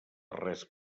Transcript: res